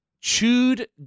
Chewed